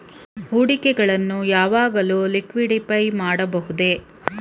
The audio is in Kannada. ಹೂಡಿಕೆಗಳನ್ನು ಯಾವಾಗಲಾದರೂ ಲಿಕ್ವಿಡಿಫೈ ಮಾಡಬಹುದೇ?